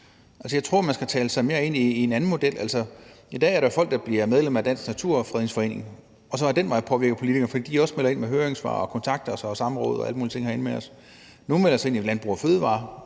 Jeg tror, man skal tale sig mere ind i en anden model. I dag er der jo folk, der bliver medlem af Danmarks Naturfredningsforening og så ad den vej påvirker politikerne, fordi de også melder ind med høringssvar og kontakter os og har samråd og alle mulige ting med os herinde. Nogle melder sig ind i Landbrug & Fødevarer